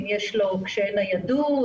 קשיי ניידות,